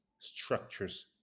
structures